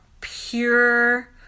pure